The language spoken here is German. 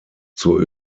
zur